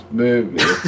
movie